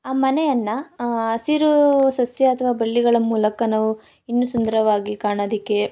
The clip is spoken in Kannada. ಆ ಮನೆಯನ್ನು ಹಸಿರೂ ಸಸ್ಯ ಅಥ್ವ ಬಳ್ಳಿಗಳ ಮೂಲಕ ನಾವು ಇನ್ನು ಸುಂದರವಾಗಿ ಕಾಣೋದಿಕ್ಕೆ